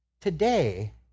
today